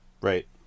Right